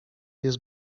jest